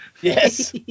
Yes